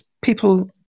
people